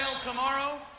tomorrow